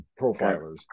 profilers